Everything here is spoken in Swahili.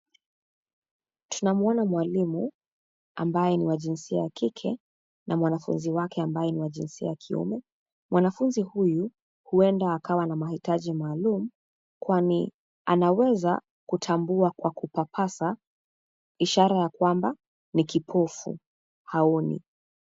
Tunamuona mwalimu ambaye ni wa jinsia ya kike na mwanafunzi wake ambaye ni wa jinsia ya kiume. Mwanafunzi huyu huenda akawa na mahitaji maalum kwani anaweza kutambua kwa kupapasa ishara ya kwamba ni kipofu haoni.